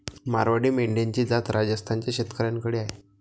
मारवाडी मेंढ्यांची जात राजस्थान च्या शेतकऱ्याकडे आहे